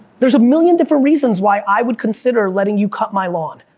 there's a million different reasons why i would consider letting you cut my lawn,